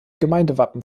gemeindewappen